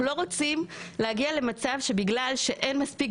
אנחנו לא רוצים להגיע למצב שבגלל שאין מספיק